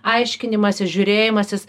aiškinimasis žiūrėjimasis